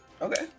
Okay